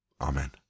Amen